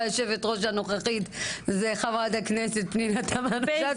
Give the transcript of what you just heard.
והיושבת-ראש הנוכחית זה חברת הכנסת פנינה תמנו שאטה,